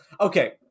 okay